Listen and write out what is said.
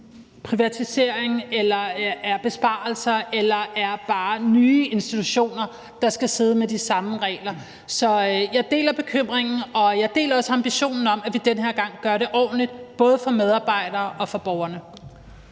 privatisering eller besparelser, eller om det bare er nye institutioner, der skal sidde med de samme regler. Så jeg deler bekymringen, og jeg deler også ambitionen om, at vi den her gang gør det ordentligt, både for medarbejderne og for borgerne.